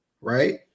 right